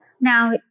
Now